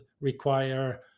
require